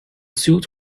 suit